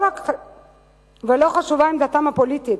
ולא חשובה עמדתם הפוליטית,